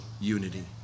unity